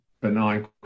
benign